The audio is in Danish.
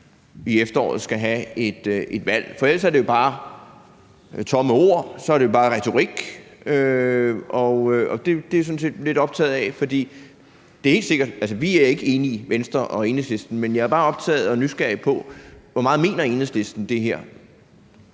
i efteråret skal have et valg? For ellers er det jo bare tomme ord, så er det bare retorik. Det er jeg sådan set lidt optaget af. Enhedslisten og Venstre er ikke enige, men jeg er bare optaget af og nysgerrig på, hvor meget Enhedslisten mener